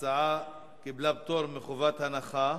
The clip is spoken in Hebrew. ההצעה קיבלה פטור מחובת הנחה.